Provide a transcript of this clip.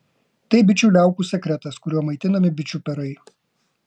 tai bičių liaukų sekretas kuriuo maitinami bičių perai